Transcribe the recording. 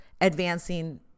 advancing